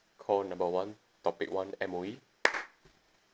call number one topic one M_O_E